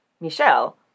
Michelle